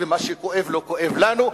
ומה שכואב לו כואב לנו,